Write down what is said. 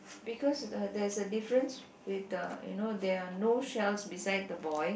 because uh there's a difference with the you know there are no shelves beside the boy